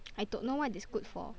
I don't know what it's good for